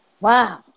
wow